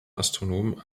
astronomen